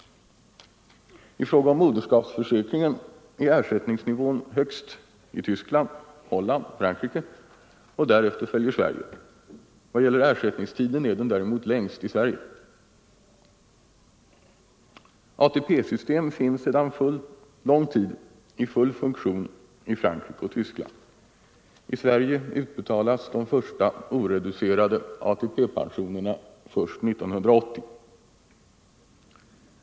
I fråga om moderskapsförsäkringen är ersättningsnivån högst i Tyskland, Holland och Frankrike. Därefter följer Sverige. Vad gäller ersättningstiden är den däremot längst i Sverige. ATP-system finns sedan lång tid i full funktion i Frankrike och Tyskland. I Sverige utbetalas de första oreducerade ATP-pensionerna först 1980.